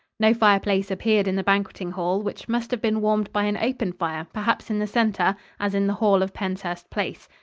no fireplace appeared in the banqueting hall, which must have been warmed by an open fire, perhaps in the center, as in the hall of penshurst place.